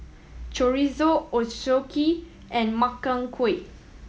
Chorizo Ochazuke and Makchang Gui